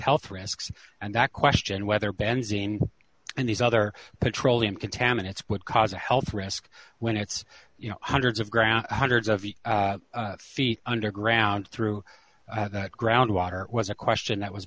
health risks and that question whether benzene and these other petroleum contaminants would cause a health risk when it's you know hundreds of ground hundreds of feet underground through groundwater was a question that was